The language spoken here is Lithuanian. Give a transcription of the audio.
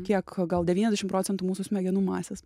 kiek gal devyniasdešim procentų mūsų smegenų masės